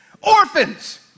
Orphans